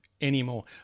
anymore